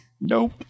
Nope